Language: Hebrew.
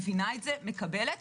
מקבלת,